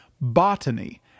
botany